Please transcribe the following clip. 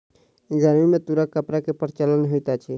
गर्मी में तूरक कपड़ा के प्रचलन होइत अछि